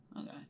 Okay